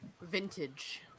vintage